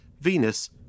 Venus